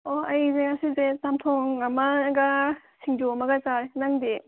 ꯑꯣ ꯑꯩꯁꯦ ꯉꯁꯤꯁꯦ ꯆꯝꯊꯣꯡ ꯑꯃꯒ ꯁꯤꯡꯖꯨ ꯑꯃꯒ ꯆꯥꯔꯦ ꯅꯪꯗꯤ